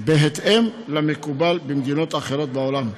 בהתאם למקובל במדינות אחרות בעולם,